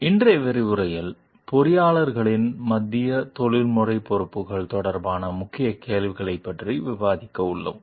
இன்றைய விரிவுரையில் பொறியாளர்களின் மத்திய தொழில்முறை பொறுப்புகள் தொடர்பான முக்கிய கேள்விகளைப் பற்றி விவாதிக்க உள்ளோம்